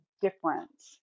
difference